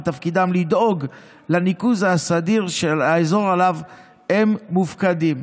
ותפקידם לדאוג לניקוז הסדיר של האזור שעליו הם מופקדים.